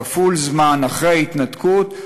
כפול זמן אחרי ההתנתקות,